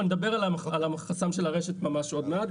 אבל אני אדבר על החסם של הרשת ממש עוד מעט,